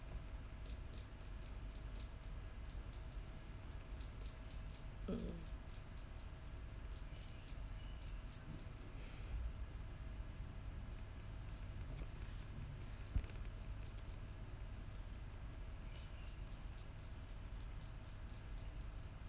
mm